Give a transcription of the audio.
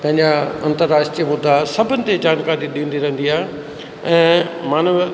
पंहिंजा अंतर्राष्ट्रीय मुदा सभिनि ते जानकारी ॾींदी रहंदी आहे ऐं मानव